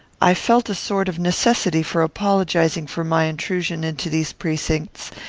i felt a sort of necessity for apologizing for my intrusion into these precincts,